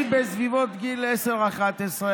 כשהייתי בסביבות גיל 10, 11,